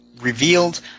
revealed